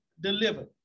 delivered